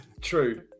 True